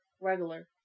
regular